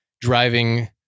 driving